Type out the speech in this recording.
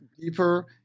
deeper